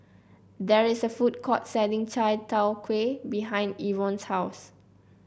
there is a food court selling Chai Tow Kway behind Evon's house